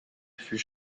fut